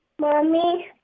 Mommy